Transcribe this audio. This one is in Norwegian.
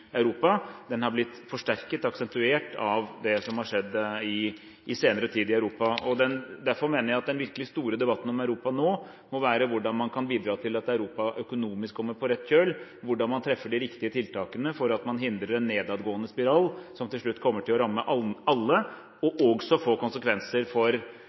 Europa. Den har blitt forsterket, aksentuert, av det som har skjedd i senere tid i Europa. Derfor mener jeg at den virkelig store debatten om Europa nå må dreie seg om hvordan man kan bidra til at Europa økonomisk kommer på rett kjøl, hvordan man treffer de riktige tiltakene for å hindre en nedadgående spiral, som til slutt kommer til å ramme alle, og også få konsekvenser for